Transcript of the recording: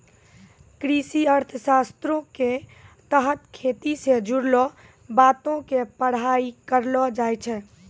कृषि अर्थशास्त्रो के तहत खेती से जुड़लो बातो के पढ़ाई करलो जाय छै